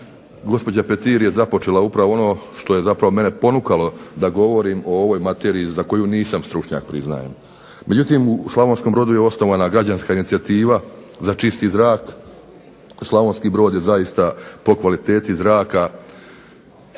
gospođa Petir je započela upravo ono što je zapravo mene ponukalo da govorim o ovoj materiji za koju nisam stručnjak priznajem. Međutim u Slavonskom Brodu je osnovana građevinska inicijativa za čisti zrak, Slavonski Brod je zaista po kvaliteti zraka